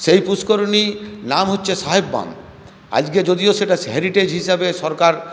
সেই পুষ্করিণীর নাম হচ্ছে সাহেব বাঁধ আজকে যদিও সেটা হেরিটেজ হিসেবে সরকার